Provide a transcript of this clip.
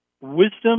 wisdom